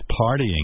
partying